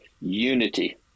unity